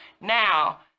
now